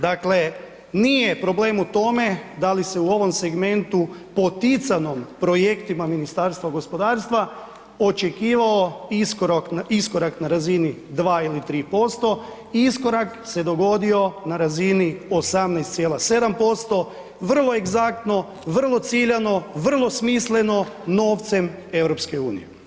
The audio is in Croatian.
Dakle, nije problem u tome da li se u ovom segmentu poticanom projektima Ministarstva gospodarstva očekivalo iskorak na razini 2 ili 3%, iskorak se dogodio na razini 18,7%, vrlo egzaktno, vrlo ciljano, vrlo smisleno, novcem EU.